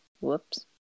Whoops